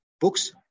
books